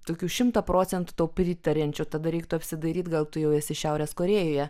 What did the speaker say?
tokių šimtą procentų tau pritariančių tada reiktų apsidairyt gal tu jau esi šiaurės korėjoje